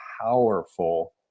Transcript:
powerful